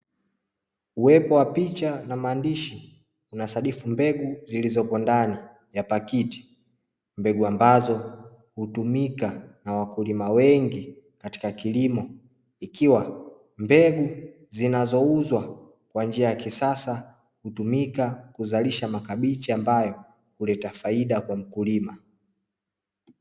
Uwepo wa picha na maandishi na inasadifu mbegu zilizopo ndani ya pakiti mbegu ambazo hutumika na wakulima wengi katika kilimo, ikiwa mbegu zinazouzwa kwa njia ya kisasa hutumika kuzalisha makabichi ambayo huleta faida kwa mkulima.